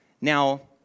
Now